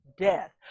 death